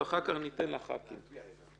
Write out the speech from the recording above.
למשרדי הממשלה.